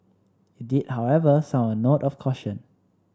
it did however sound a note of caution